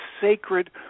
sacred